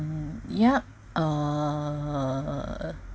hmm yup uh